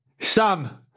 Sam